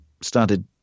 started